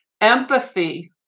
Empathy